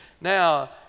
Now